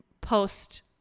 post